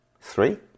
Three